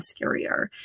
scarier